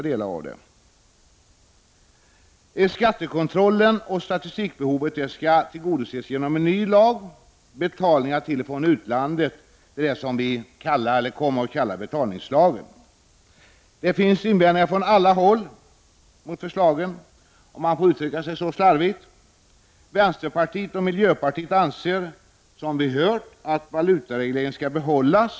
Kraven på skattekontroll och statistik skall tillgodoses genom en ny lag benämnd Betalningar till och från utlandet — eller betalningslagen, som den allmänt kallas. Från alla håll kommer det invändningar mot förslagen — om man får uttrycka sig så slarvigt. Inom vänsterpartiet och miljöpartiet anser man, som vi har hört, att valutaregleringen skall behållas.